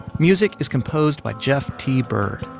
music is composed by jeff t. byrd.